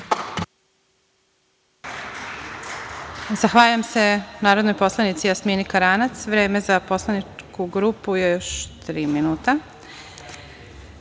Zahvaljujem se narodnoj poslanici Jasmini Karanac. Vreme za poslaničku grupu je još tri minutaReč